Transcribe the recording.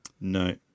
No